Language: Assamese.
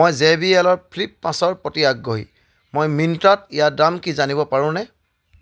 মই জে বি এল ৰ ফ্লিপ পাঁচৰ প্ৰতি আগ্ৰহী মই মিন্ত্ৰাত ইয়াৰ দাম কি জানিব পাৰোঁনে